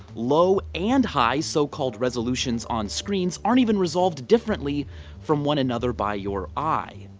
low and high, so-called resolutions on screens, aren't even resolved differently from one another by your eye.